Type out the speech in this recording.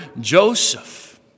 Joseph